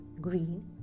green